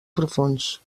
profunds